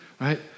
right